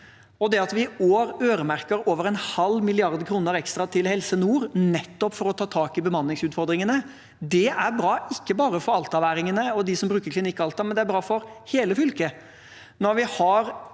og det at vi i år øremerker over en halv milliard kroner ekstra til Helse nord, nettopp for å ta tak i bemanningsut fordringene, er bra – ikke bare for altaværingene og dem som bruker Klinikk Alta, men for hele fylket.